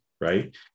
right